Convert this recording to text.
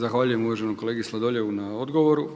Zahvaljujem uvaženom kolegi Sladoljevu na odgovoru.